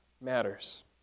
matters